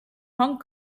hong